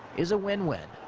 is a win-win.